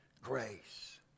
grace